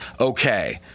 okay